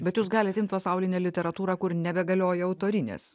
bet jūs galit imt pasaulinę literatūrą kur nebegalioja autorinės